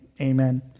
Amen